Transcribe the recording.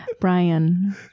Brian